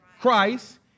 Christ